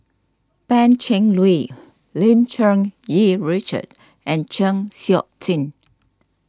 Pan Cheng Lui Lim Cherng Yih Richard and Chng Seok Tin